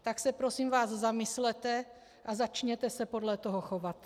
Tak se prosím vás zamyslete a začněte se podle toho chovat.